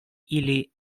ili